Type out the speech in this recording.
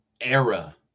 era